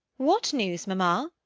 what news, mamma?